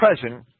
present